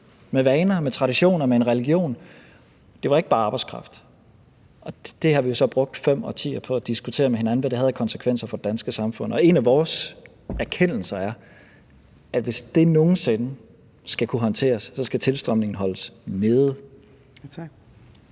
med vaner, med traditioner og med en religion. Det var ikke bare arbejdskraft. Og det har vi jo så brugt fem årtier på at diskutere med hinanden, altså hvad det havde af konsekvenser for det danske samfund. Og en af vores erkendelser er, at, at hvis det nogensinde skal kunne håndteres, skal tilstrømningen holdes nede.